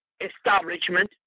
establishment